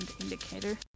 Indicator